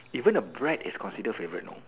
even a bread is considered favourite know